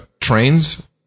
trains